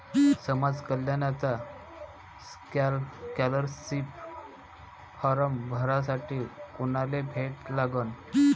समाज कल्याणचा scholarship form भरासाठी कुनाले भेटा लागन?